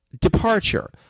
departure